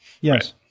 Yes